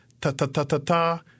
ta-ta-ta-ta-ta